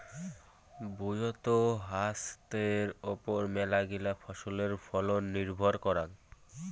ভুঁইয়ত ছাস্থের ওপর মেলাগিলা ফছলের ফলন নির্ভর করাং